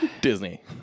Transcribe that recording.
Disney